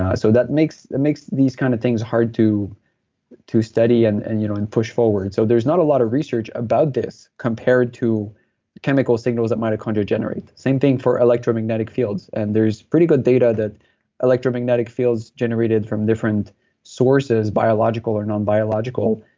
ah so that makes that makes these kinds of things hard to to study and and you know and push forward, so there's not a lot of research about this, compared to the chemical signals that mitochondria generate. same thing for electromagnetic fields, and there's pretty good data that electromagnetic fields generated from different sources, biological or nonbiological,